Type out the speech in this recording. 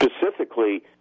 specifically